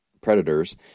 predators